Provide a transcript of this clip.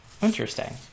Interesting